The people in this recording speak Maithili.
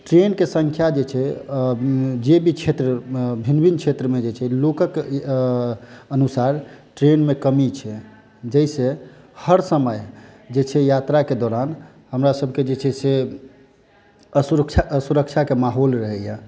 ट्रैन के संख्या जे छै जे भी क्षेत्र भिन्न भिन्न क्षेत्रमे जे छै लोकक अनुसार ट्रेन मे कमी छै जाहिसँ हर समय जे छै यात्राक दौरान हमरासभक जे छै से असुरक्षाके माहौल रहैया